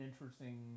interesting